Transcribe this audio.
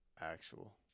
actual